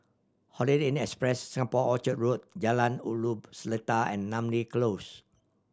Holiday Inn Express Singapore Orchard Road Jalan Ulu Seletar and Namly Close